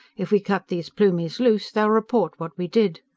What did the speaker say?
if we cut these plumies loose, they'll report what we did.